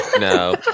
No